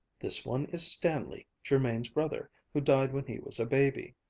this one is stanley, jermain's brother, who died when he was a baby,